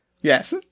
Yes